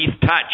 touch